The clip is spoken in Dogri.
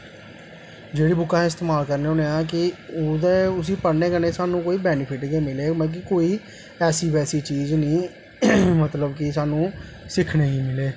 जेह्ड़ी बुक अस इस्तमाल करने होन्ने आं कि ओहदे उसी पढ़ने कन्नै सानूं कोई बैनिफिट गै मिले मतलब कि कोई ऐसी बैसी चीज़ निं ऐसी बैसी चीज़ निं मतलब कि सानूं सिक्खने गी मिले